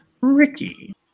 Ricky